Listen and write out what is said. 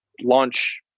launch